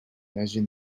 hagin